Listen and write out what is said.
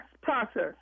process